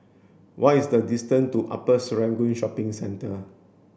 what is the distance to Upper Serangoon Shopping Centre